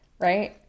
right